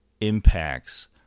impacts